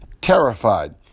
terrified